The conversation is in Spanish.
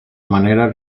manera